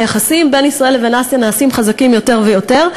היחסים בין ישראל לבין אסיה נעשים חזקים יותר ויותר.